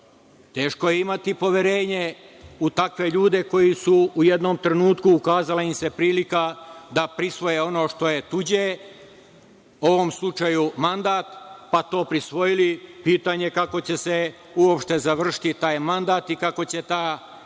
Teško je imati poverenje u takve ljude koji su u jednom trenutku, ukazala im se prilika da prisvoje ono što je tuđe, u ovom slučaju mandat, pa to prisvojili. Pitanje je kako će se uopšte završiti taj mandat i kako će ta